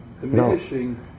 diminishing